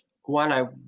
One